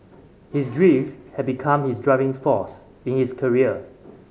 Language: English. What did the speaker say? his grief had become his driving force in his career